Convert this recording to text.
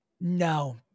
No